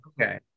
okay